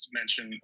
mention